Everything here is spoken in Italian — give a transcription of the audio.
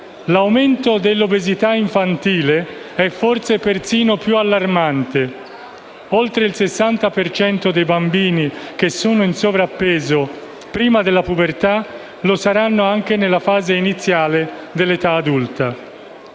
L'aumento dell'obesità infantile è forse persino più allarmante. Oltre il 60 per cento dei bambini che sono in sovrappeso prima della pubertà lo saranno anche nella fase iniziale dell'età adulta.